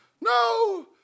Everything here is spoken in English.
No